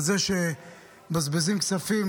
על זה שמבזבזים כספים